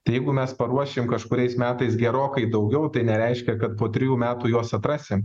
tai jeigu mes paruošim kažkuriais metais gerokai daugiau tai nereiškia kad po trijų metų juos atrasim